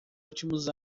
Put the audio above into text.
últimos